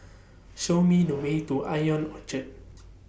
Show Me The Way to Ion Orchard